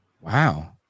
Wow